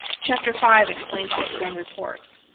chapter five explains how to run reports.